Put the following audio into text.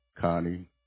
Connie